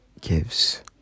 gives